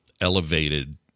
elevated